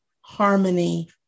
harmony